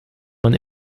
man